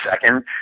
second